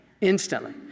Instantly